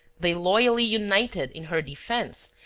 they loyally united in her defence,